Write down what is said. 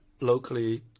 locally